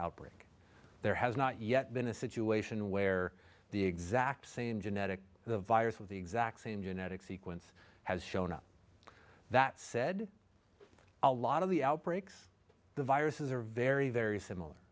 outbreak there has not yet been a situation where the exact same genetic the virus with the exact same genetic sequence has shown up that said a lot of the outbreaks the viruses are very very similar